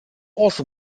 also